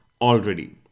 already